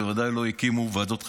לא הקימו ועדות חקירה.